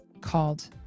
called